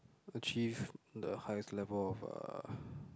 achieve the highest level of uh